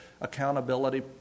accountability